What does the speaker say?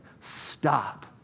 Stop